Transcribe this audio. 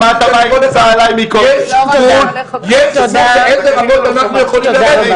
יש גבול לאיזה רמות אנחנו יכולים לרדת.